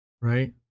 Right